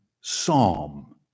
psalm